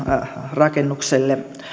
rakennukselle